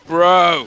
Bro